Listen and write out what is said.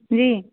जी